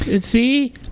See